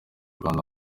rwanda